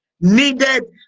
needed